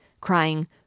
crying